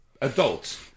adults